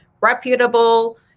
reputable